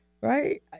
Right